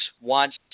wants